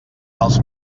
els